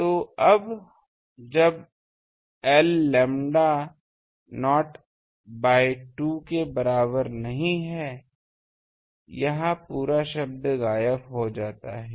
तो अब जब एल लैम्ब्डा नॉट बाय 2 के बराबर नहीं है यह पूरा शब्द गायब हो जाता है